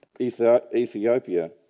Ethiopia